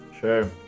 Sure